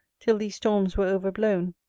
till these storms were over-blown.